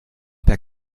per